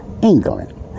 England